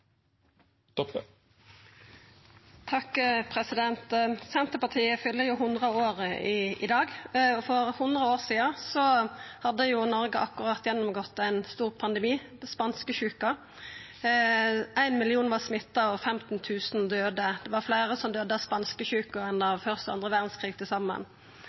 Senterpartiet fyller 100 år i dag. For 100 år sidan hadde Noreg akkurat gjennomgått ein stor pandemi – spanskesjuka. Ein million var smitta og 15 000 døde. Det var fleire som døydde av spanskesjuka enn av den fyrste og andre verdskrigen til saman.